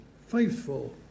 faithful